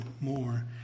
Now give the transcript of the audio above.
more